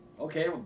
okay